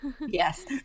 Yes